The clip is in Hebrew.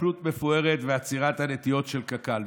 התקפלות מפוארת ועצירת הנטיעות של קק"ל.